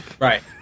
Right